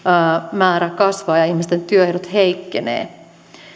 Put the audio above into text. määrä kasvaa ja ihmisten työehdot heikkenevät